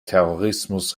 terrorismus